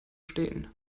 stehen